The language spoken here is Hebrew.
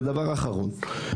דבר אחרון,